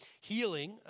Healing